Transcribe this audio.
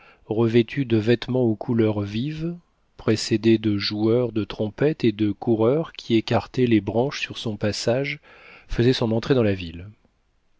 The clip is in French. revêtu de vêtements aux couleurs vives précédé de joueurs de trompette et de coureurs qui écartaient les branches sur son passage faisait son entrée dans la ville